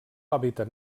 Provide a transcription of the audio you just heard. hàbitat